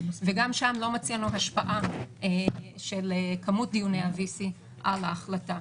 גם שם לא מצאנו השפעה של כמות דיוני ה-VC על ההחלטה.